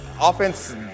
offense –